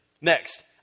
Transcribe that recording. Next